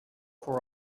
for